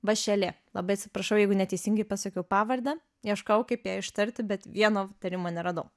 vašelė labai atsiprašau jeigu neteisingai pasakiau pavardę ieškojau kaip ją ištarti bet vieno tarimo neradau